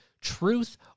Truth